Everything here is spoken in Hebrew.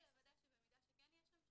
חשוב לי לוודא שבמידה וכן יהיה שם,